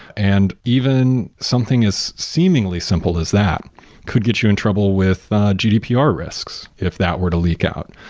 and even something as seemingly simple as that could get you in trouble with gdpr risks, if that were to leak out.